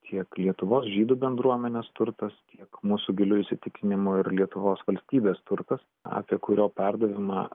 tiek lietuvos žydų bendruomenės turtas tiek mūsų giliu įsitikinimu ir lietuvos valstybės turtas apie kurio perdavimą